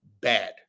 bad